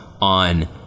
on